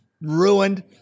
ruined